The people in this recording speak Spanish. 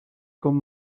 con